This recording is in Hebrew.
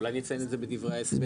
אולי נציין את זה בדברי ההסבר.